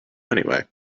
anyway